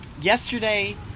yesterday